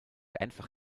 einfach